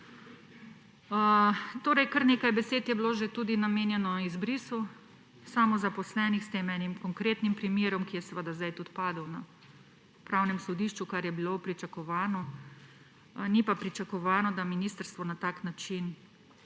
pogleda. Kar nekaj besed je bilo že tudi namenjeno izbrisu samozaposlenih s tem enim konkretnim primerom, ki je seveda zdaj tudi padel na Upravnem sodišču, kar je bilo pričakovano. Ni pa pričakovano, da ministrstvo na tak način